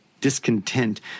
discontent